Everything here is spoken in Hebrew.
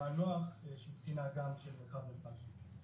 ערן נח שהוא קצין האג"ם של מרחב נתב"ג.